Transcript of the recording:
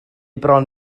bron